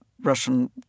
Russian